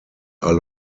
are